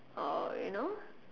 oh you know